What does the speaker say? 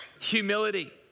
humility